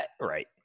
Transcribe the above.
Right